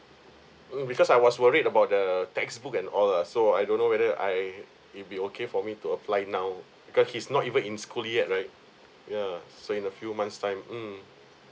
mm because I was worried about the textbook and all ah so I don't know whether I it'll be okay for me to apply now because he's not even in school yet right yeah so in a few months time mm